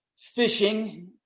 fishing